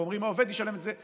ואומרים: העובד ישלם את זה,